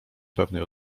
pewnej